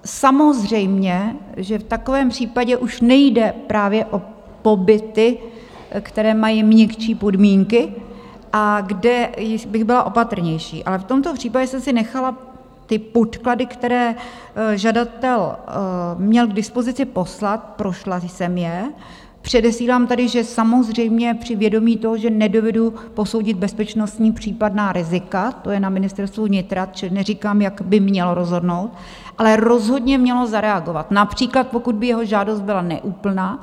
Samozřejmě že v takovém případě už nejde právě o pobyty, které mají měkčí podmínky a kde bych byla opatrnější, ale v tomto případě jsem si nechala ty podklady, které žadatel měl k dispozici poslat, prošla jsem je předesílám tady, že samozřejmě při vědomí toho, že nedovedu posoudit bezpečnostní případná rizika, to je na Ministerstvu vnitra, čili neříkám, jak by mělo rozhodnout ale rozhodně mělo zareagovat, například pokud by jeho žádost byla neúplná.